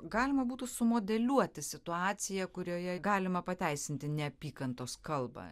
galima būtų sumodeliuoti situaciją kurioje galima pateisinti neapykantos kalbą